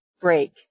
break